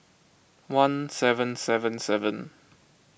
one seven seven seven